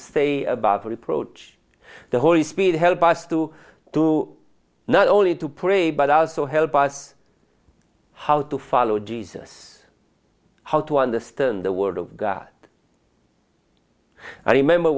stay above reproach the holy spirit help us to do not only to pray but also help us how to follow jesus how to understand the word of god i remember